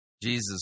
Jesus